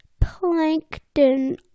Plankton